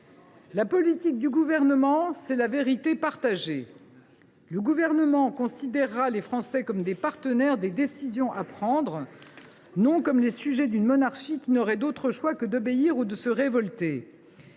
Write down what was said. La politique du Gouvernement, c’est la vérité partagée. Le Gouvernement considérera les Français comme des partenaires des décisions à prendre, non comme les sujets d’une monarchie qui n’auraient d’autre choix que d’obéir ou de se révolter.